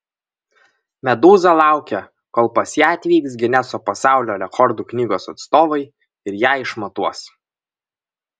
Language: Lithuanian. medūza laukia kol pas ją atvyks gineso pasaulio rekordų knygos atstovai ir ją išmatuos